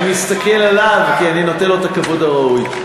אני מסתכל עליו כי אני נותן לו את הכבוד הראוי.